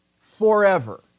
forever